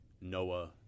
Noah